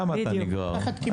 חבר הכנסת אחמד טיבי למה אתה נגרר?